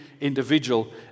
individual